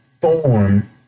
form